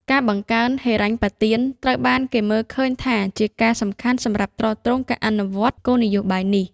ការបង្កើនហិរញ្ញប្បទាន ត្រូវបានគេមើលឃើញថាជាការសំខាន់សម្រាប់ទ្រទ្រង់ការអនុវត្តគោលនយោបាយនេះ។